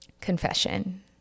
confession